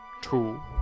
Two